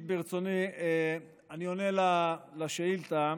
אני עונה על השאילתה.